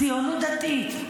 הציונות דתית.